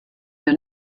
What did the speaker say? wir